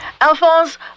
Alphonse